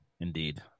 Indeed